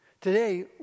Today